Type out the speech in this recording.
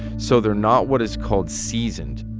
so they're not what is called seasoned